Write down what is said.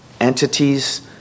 entities